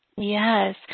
Yes